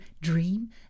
dream